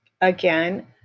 Again